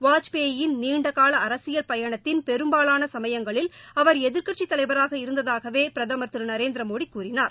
வாஜ்பேயின் நீண்டகால அரசியல் பயணத்தின் பெரும்பாலான சமயங்களில் அவர் எதிர்க்கட்சித் தலைவராக இருந்ததாகவே பிரதமர் திரு நரேந்திர மோடி கூறினார்